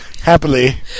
Happily